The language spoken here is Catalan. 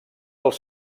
els